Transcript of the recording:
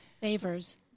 Favors